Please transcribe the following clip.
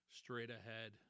straight-ahead